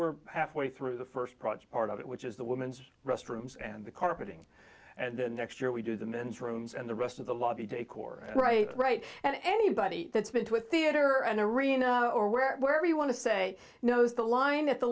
we're halfway through the first project part of it which is the women's restrooms and the carpeting and the next year we do the men's rooms and the rest of the lobby decor right right and anybody that's been to a theater and arena or wherever you want to say knows the line at the